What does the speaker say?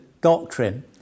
doctrine